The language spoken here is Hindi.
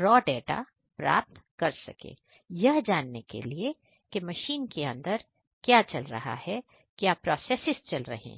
रॉ डाटा प्राप्त कर सकें यह जानने के लिए कि मशीन मशीन के अंदर क्या चल रहा है क्या प्रोसेसेस चल रहे हैं